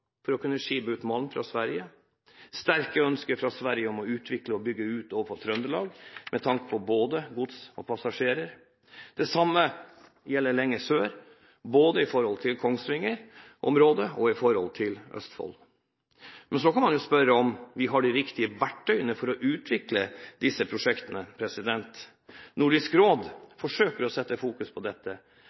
for å kunne skipe ut malm fra Sverige. Det er sterke ønsker fra Sverige om å utvikle og bygge ut mot Trøndelag, med tanke på både gods og passasjerer. Det samme gjelder lenger sør, både i Kongsvinger-området og i Østfold. Men så kan man jo spørre seg om vi har de riktige verktøyene for å utvikle disse prosjektene. Nordisk råd forsøker å sette fokus på dette,